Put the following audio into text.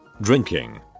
drinking